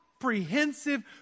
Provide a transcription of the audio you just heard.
comprehensive